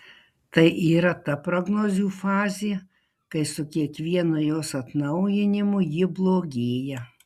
tai yra ta prognozių fazė kai su kiekvienu jos atnaujinimu ji blogėja